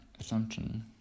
assumption